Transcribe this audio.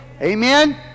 Amen